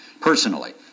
personally